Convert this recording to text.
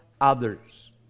others